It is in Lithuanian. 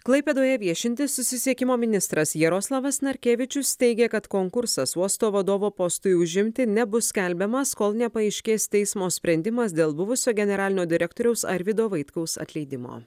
klaipėdoje viešintis susisiekimo ministras jaroslavas narkevičius teigia kad konkursas uosto vadovo postui užimti nebus skelbiamas kol nepaaiškės teismo sprendimas dėl buvusio generalinio direktoriaus arvydo vaitkaus atleidimo